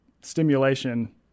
stimulation